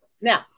now